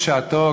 בשעתי,